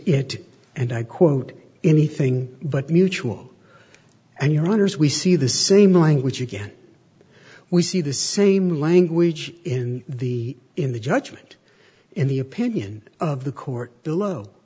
it and i quote anything but mutual and your honors we see the same language again we see the same language in the in the judgment in the opinion of the court below